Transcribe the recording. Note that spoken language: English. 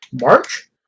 March